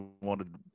wanted